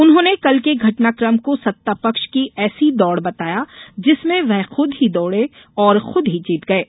उन्होंने कल के घटनाकम को सत्तापक्ष की ऐसी दौड़ बताया जिसमें वे खुद ही दौड़े और खुद ही जीत गये